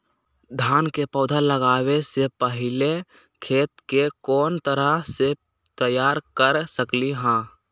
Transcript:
धान के पौधा लगाबे से पहिले खेत के कोन तरह से तैयार कर सकली ह?